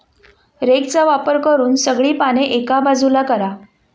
रेकचा वापर करून सगळी पाने एका बाजूला करा